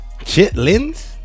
Chitlins